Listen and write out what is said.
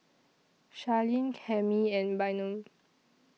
Charline Cami and Bynum